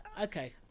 okay